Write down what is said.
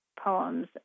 poems